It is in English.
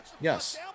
Yes